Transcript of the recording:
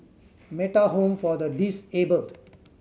Metta Home for the Disabled